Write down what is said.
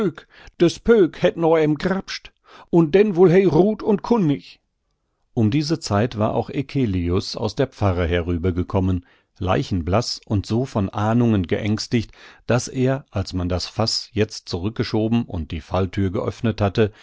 noah em grappscht un denn wull he rut un kunn nich um diese zeit war auch eccelius aus der pfarre herüber gekommen leichenblaß und so von ahnungen geängstigt daß er als man das faß jetzt zurückgeschoben und die fallthür geöffnet hatte